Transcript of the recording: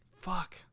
Fuck